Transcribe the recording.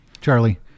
Charlie